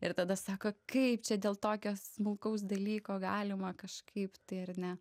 ir tada sako kaip čia dėl tokio smulkaus dalyko galima kažkaip tai ar ne